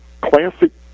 classic